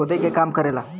खोदे के काम करेला